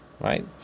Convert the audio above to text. Right